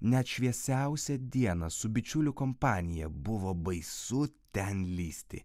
net šviesiausią dieną su bičiulių kompanija buvo baisu ten lįsti